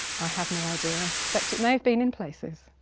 i have no idea i suspect it may have been in places.